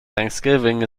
thanksgiving